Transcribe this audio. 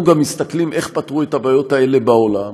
ואנחנו גם מסתכלים איך פתרו את הבעיות האלה בעולם,